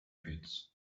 pits